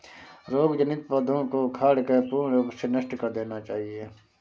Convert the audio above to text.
रोग जनित पौधों को उखाड़कर पूर्ण रूप से नष्ट कर देना चाहिये